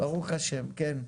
ברוך השם, כן.